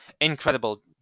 Incredible